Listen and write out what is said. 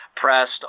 pressed